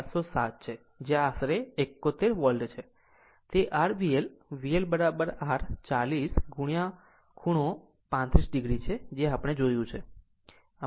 07 છે જે આશરે 71 વોલ્ટ છે તે r VL VL r 40 ખૂણો 35 o છે જેણે જોયું છે